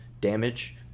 damage